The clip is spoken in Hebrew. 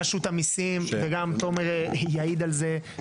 של רשות המיסים וגם תומר יעיד על כך.